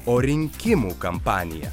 o rinkimų kampanija